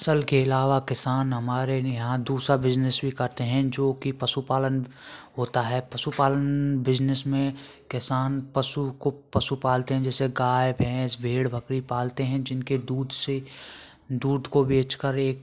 फ़स्ल के अलावा किसान हमारे यहाँ दूसरा बिजनस भी करते हैं जो कि पशुपालन होता है पशुपालन बिजनस में किसान पशु को पशु पालते हैं जैसे गाय भैंस भेड़ बकरी पालते हैं जिनके दूध से दूध को बेचकर एक